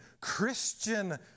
Christian